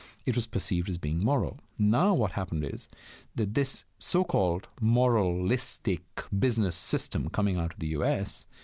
it was perceived as being moral. now what happened is that this so-called moralistic business system coming out of the u s.